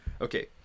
Okay